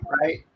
right